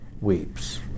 weeps